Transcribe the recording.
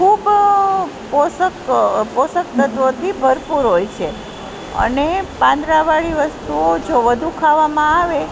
ખૂબ પોષક પોષક તત્વોથી ભરપૂર હોય છે અને પાંદળાવાળી વસ્તુઓ જો વધુ ખાવામાં આવે